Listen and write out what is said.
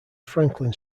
franklin